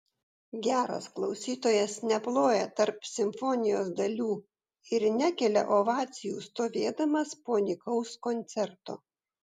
geras klausytojas neploja tarp simfonijos dalių ir nekelia ovacijų stovėdamas po nykaus koncerto